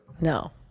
No